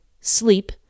sleep